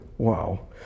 Wow